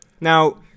Now